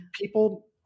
people